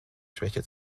schwäche